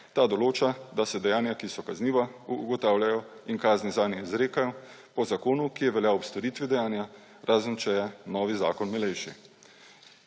Ta določa, da se dejanja, ki so kazniva, ugotavljajo in kazni zanje izrekajo po zakonu, ki je veljal ob storitvi dejanja, razen če je novi zakon milejši.